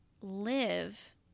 live